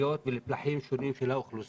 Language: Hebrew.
לאוכלוסיות ולפלחים שונים של האוכלוסייה,